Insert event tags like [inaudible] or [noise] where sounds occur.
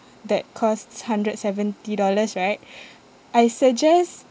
that costs hundred seventy dollars right [breath] I suggest